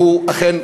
והוא אכן,